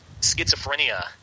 schizophrenia